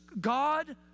God